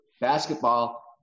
Basketball